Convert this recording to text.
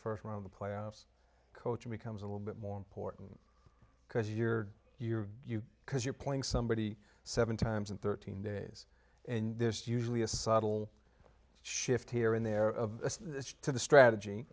first run of the playoffs coaching becomes a little bit more important because you're you're you because you're playing somebody seven times in thirteen days and there's usually a subtle shift here and there to the strategy